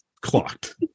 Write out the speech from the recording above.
clocked